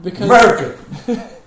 America